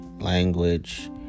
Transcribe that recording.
language